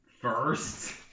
First